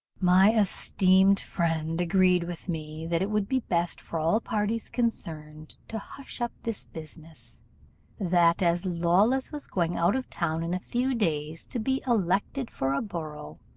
my esteemed friend agreed with me that it would be best for all parties concerned to hush up this business that as lawless was going out of town in a few days, to be elected for a borough,